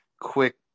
quick